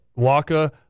Waka